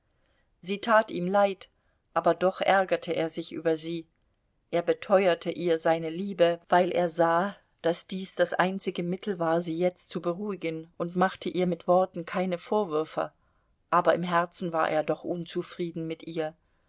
sie tat ihm leid aber doch ärgerte er sich über sie er beteuerte ihr seine liebe weil er sah daß dies das einzige mittel war sie jetzt zu beruhigen und machte ihr mit worten keine vorwürfe aber im herzen war er doch unzufrieden mit ihr